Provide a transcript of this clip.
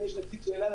אם יש נציג של אל על,